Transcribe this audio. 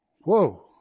Whoa